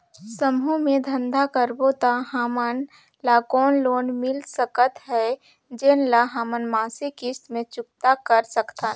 समूह मे धंधा करबो त हमन ल कौन लोन मिल सकत हे, जेन ल हमन मासिक किस्त मे चुकता कर सकथन?